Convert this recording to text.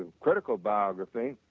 ah critical biography,